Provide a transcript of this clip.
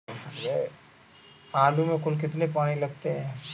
आलू में कुल कितने पानी लगते हैं?